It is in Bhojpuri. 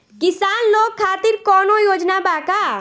किसान लोग खातिर कौनों योजना बा का?